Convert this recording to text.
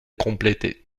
complétée